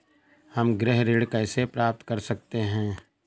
हम गृह ऋण कैसे प्राप्त कर सकते हैं?